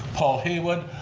paul heywood,